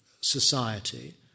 society